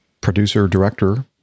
producer-director